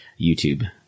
YouTube